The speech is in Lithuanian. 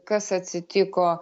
kas atsitiko